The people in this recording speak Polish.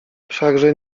wszakże